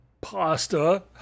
Pasta